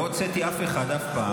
לא הוצאתי אף אחד אף פעם.